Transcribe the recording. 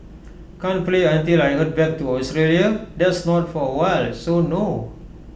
can't play until I Head back to Australia that's not for awhile so no